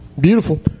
Beautiful